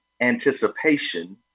anticipation